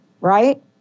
right